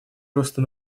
роста